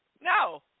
No